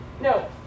No